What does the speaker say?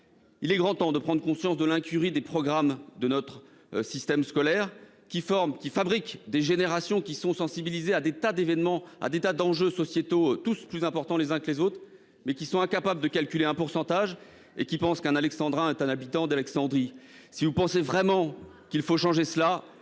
Il est grand temps de prendre conscience de l'incurie des concepteurs de nos programmes scolaires, qui fabriquent des générations certes sensibilisées à un tas d'enjeux sociétaux tous plus importants les uns que les autres, mais incapables de calculer un pourcentage et prenant un alexandrin pour un habitant d'Alexandrie. Si vous pensez vraiment qu'il faut changer cela,